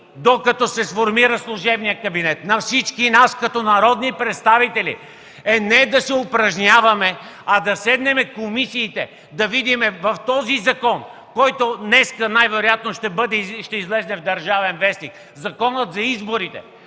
докато се сформира служебният кабинет, на всички нас като народни представители, е не да се упражняваме, а да седнем в комисиите и да видим в този закон, който днес най-вероятно ще излезе в „Държавен вестник” – законът за изборите,